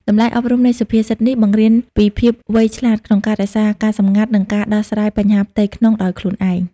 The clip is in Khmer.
តម្លៃអប់រំនៃសុភាសិតនេះបង្រៀនពីភាពវៃឆ្លាតក្នុងការរក្សាការសម្ងាត់ និងការដោះស្រាយបញ្ហាផ្ទៃក្នុងដោយខ្លួនឯង។